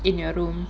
in your room